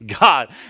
God